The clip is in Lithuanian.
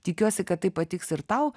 tikiuosi kad tai patiks ir tau